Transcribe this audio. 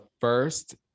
first